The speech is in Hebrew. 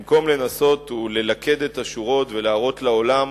במקום לנסות וללכד את השורות ולהראות לעולם